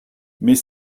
mais